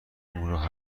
کنیم